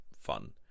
fun